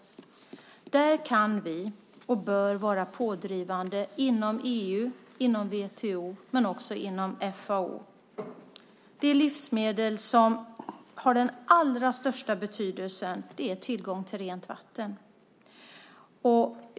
Där kan och bör vi vara pådrivande inom EU, WTO och FAO. Det livsmedel som har den allra största betydelsen är rent vatten.